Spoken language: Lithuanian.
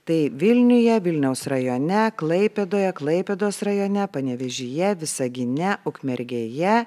tai vilniuje vilniaus rajone klaipėdoje klaipėdos rajone panevėžyje visagine ukmergėje